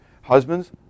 Husbands